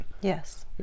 Yes